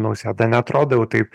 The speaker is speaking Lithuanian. nausėda neatrodo jau taip